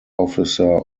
officer